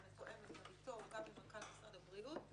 ואני מתואמת גם איתו גם עם מנכ"ל משרד הבריאות.